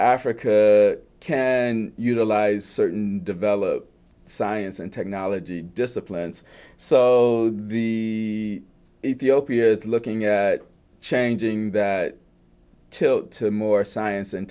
africa can utilize certain developed science and technology disciplines so the ethiopia's looking at changing that tilt to more science and